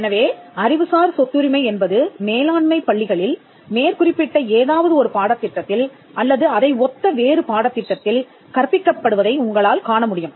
எனவே அறிவுசார் சொத்துரிமை என்பது மேலாண்மை பள்ளிகளில் மேற்குறிப்பிட்ட ஏதாவது ஒரு பாடத்திட்டத்தில் அல்லது அதை ஒத்த வேறு பாடத்திட்டத்தில் கற்பிக்கப்படுவதை உங்களால் காண முடியும்